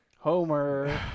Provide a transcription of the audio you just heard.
Homer